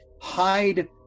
hide